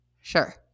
sure